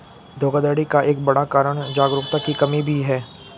धोखाधड़ी का एक बड़ा कारण जागरूकता की कमी भी है